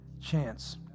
chance